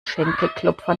schenkelklopfer